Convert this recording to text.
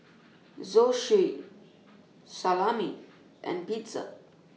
Zosui Salami and Pizza